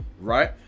right